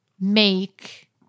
make